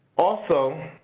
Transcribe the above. also,